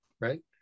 right